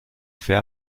fait